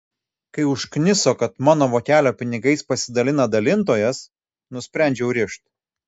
kai užkniso kad mano vokelio pinigais pasidalina dalintojas nusprendžiau rišt